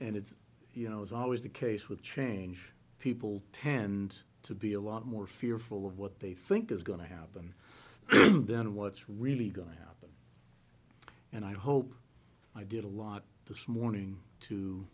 and it's you know it's always the case with change people tend to be a lot more fearful of what they think is going to happen then what's really going to happen and i hope i did a lot this morning to